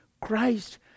Christ